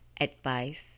advice